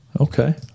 Okay